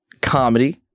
comedy